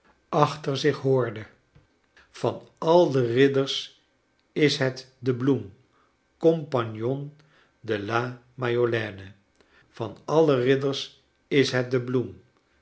achter zich hoorde van al de ridders is het de bloem compagnon de la majolaine van al de ridders is het de bloem